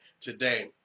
today